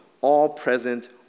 all-present